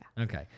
Okay